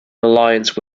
alliance